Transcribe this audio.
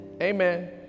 Amen